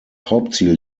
hauptziel